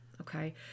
Okay